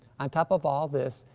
um top of all this,